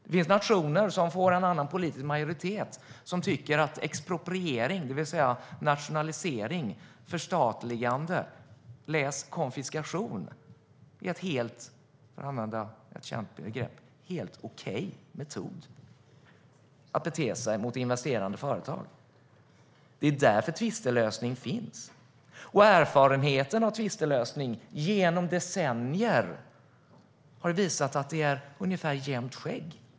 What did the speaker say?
Det finns nationer som får en annan politisk majoritet och som tycker att expropriering, det vill säga nationalisering, förstatligande - konfiskation för att använda ett känt begrepp - är en helt okej metod att använda sig av mot investerande företag. Det är därför tvistlösning finns. Och erfarenheten av tvistlösning genom decennier har visat att det är ungefär jämnt skägg.